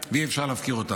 ואי-אפשר להפקיר אותם.